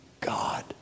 God